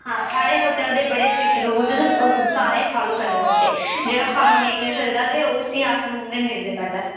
साढ़े होटल दे बड़े स्ट्रिक्ट रूलस न सारें फालो करने पौंदे जेह्ड़ा फालो नेईं करी सकदा ते उसी अस रूम गै नी दिंदे पैह्लै